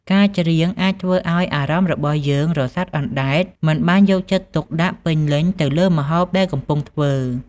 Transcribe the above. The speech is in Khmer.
ការច្រៀងអាចធ្វើឱ្យអារម្មណ៍របស់យើងរសាត់អណ្ដែត មិនបានយកចិត្តទុកដាក់ពេញលេញទៅលើម្ហូបដែលកំពុងធ្វើ។